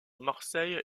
marseille